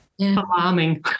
alarming